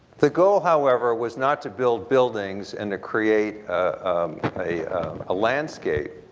the goal however was not to build buildings and the create a landscape,